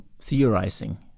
theorizing